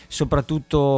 soprattutto